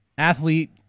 Athlete